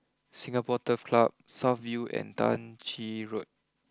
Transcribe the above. Singapore Turf Club South view and Tah Ching Road